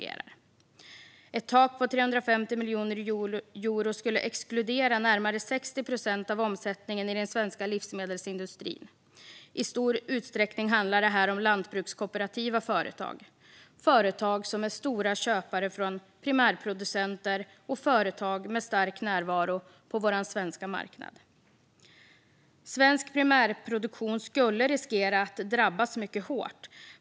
Ett tak på 350 miljoner euro skulle exkludera närmare 60 procent av omsättningen i den svenska livsmedelsindustrin. Det handlar i stor utsträckning om lantbrukskooperativa företag, företag som är stora köpare från primärproducenter och företag med stark närvaro på vår svenska marknad. Svensk primärproduktion skulle riskera att drabbas mycket hårt.